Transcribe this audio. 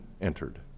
entered